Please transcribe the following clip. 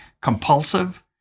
compulsive